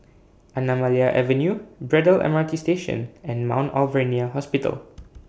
Anamalai Avenue Braddell M R T Station and Mount Alvernia Hospital